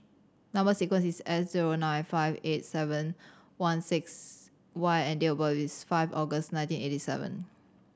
number sequence is S zero nine five eight seven one six Y and date of birth is five August nineteen eighty seven